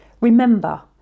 Remember